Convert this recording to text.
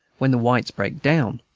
when the whites break down.